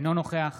אינו נוכח